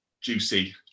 juicy